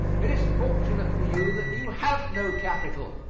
it is fortunate for you that you have no capital.